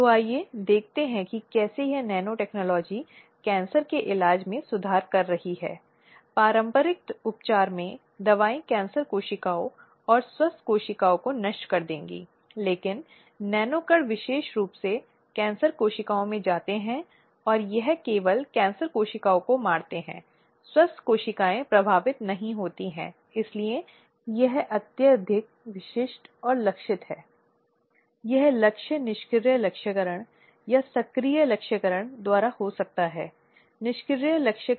उसे अपने अधिकारों के लिए लड़ना चाहिए और उसे पूरी दृढ़ता और आत्मविश्वास के साथ करना चाहिए और इस पूरी प्रक्रिया में कोई शर्म की बात नहीं है और यह संगठन की जिम्मेदारी है कि वह उसे यह दिखाने के लिए आवश्यक आश्वासन दे कि वे उसके पक्ष में हैं और यहां सभी प्रक्रिया में सहायता करेंगे